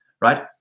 right